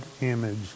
image